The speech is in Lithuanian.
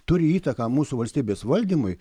turi įtaką mūsų valstybės valdymui